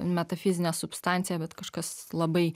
metafizinė substancija bet kažkas labai